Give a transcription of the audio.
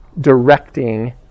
directing